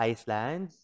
Iceland